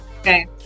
okay